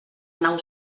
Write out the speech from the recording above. nau